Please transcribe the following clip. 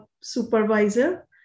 supervisor